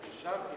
נרשמתי.